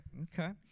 Okay